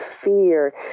fear